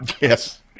Yes